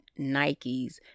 nikes